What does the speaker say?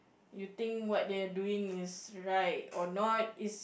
you think what they're doing is right or not